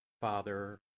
Father